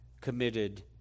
committed